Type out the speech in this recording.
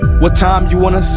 what time you wanna,